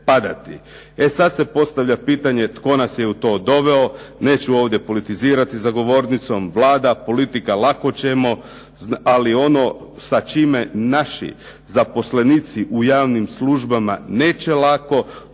E sada se postavlja pitanje tko nas je u to doveo, neću ovdje politizirati ovdje za govornicom, Vlada, politika, lako ćemo, ali ono sa čime naši zaposlenici u javnim službama neće lako